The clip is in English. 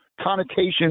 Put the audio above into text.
connotation